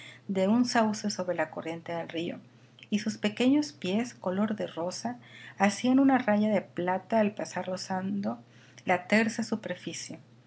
de un sauce sobre la corriente del río y sus pequeños pies color de rosa hacían una raya de plata al pasar rozando la tersa superficie